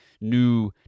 new